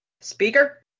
Speaker